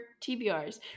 tbrs